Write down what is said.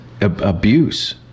abuse